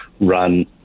run